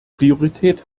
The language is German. priorität